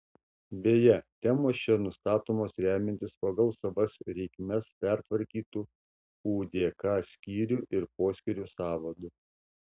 beje temos čia nustatomos remiantis pagal savas reikmes pertvarkytu udk skyrių ir poskyrių sąvadu